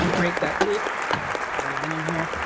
break that tape. i've already been in here